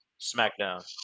Smackdown